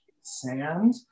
sand